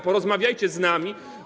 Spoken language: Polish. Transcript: Porozmawiajcie z nami.